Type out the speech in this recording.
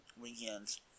weekends